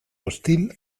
hostil